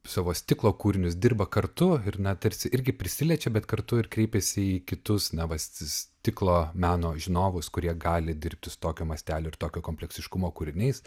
savo stiklo kūrinius dirba kartu ir na tarsi irgi prisiliečia bet kartu ir kreipiasi į kitus na va stiklo meno žinovus kurie gali dirbti su tokio mastelio ir tokio kompleksiškumo kūriniais